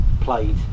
played